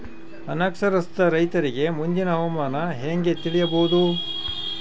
ಅನಕ್ಷರಸ್ಥ ರೈತರಿಗೆ ಮುಂದಿನ ಹವಾಮಾನ ಹೆಂಗೆ ತಿಳಿಯಬಹುದು?